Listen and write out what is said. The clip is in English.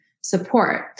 support